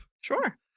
Sure